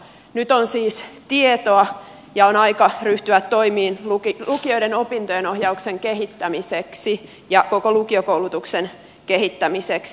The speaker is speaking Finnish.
nyt on siis tietoa ja on aika ryhtyä toimiin lukioiden opintojenohjauksen kehittämiseksi ja koko lukiokoulutuksen kehittämiseksi